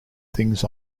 things